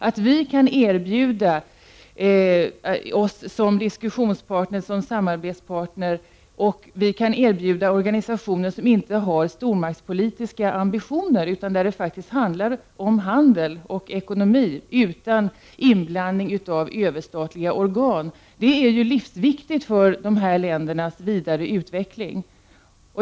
Att vi kan erbjuda oss att vara diskussionspartner och samarbetspartner samt erbjuda organisationer som inte har stormaktspolitiska ambitioner, där det handlar om handel och ekonomi utan inblandning av överstatliga organ, är livsviktigt för de här ländernas vidare utveckling.